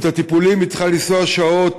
ולטיפולים היא צריכה לנסוע שעות.